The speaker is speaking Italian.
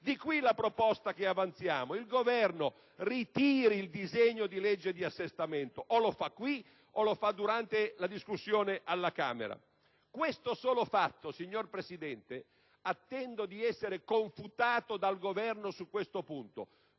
Di qui la proposta che avanziamo: il Governo ritiri il disegno di legge di assestamento, o qui o durante la discussione alla Camera. Questo solo fatto, signor Presidente - attendo di essere confutato dal Governo su questo punto